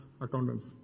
accountants